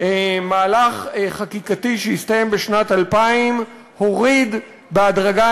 מהלך חקיקתי שהסתיים בשנת 2000 הוריד בהדרגה